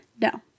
No